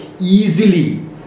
easily